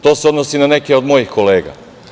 To se odnosi na neke od mojih kolega.